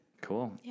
Cool